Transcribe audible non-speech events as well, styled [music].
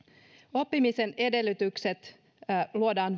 oppimisen edellytykset luodaan [unintelligible]